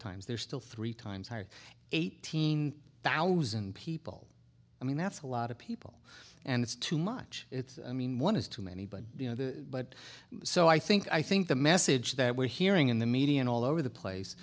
times they're still three times higher eighteen thousand people i mean that's a lot of people and it's too much it's i mean one is too many but but so i think i think the message that we're hearing in the media and all over the